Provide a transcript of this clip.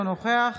אינו נוכח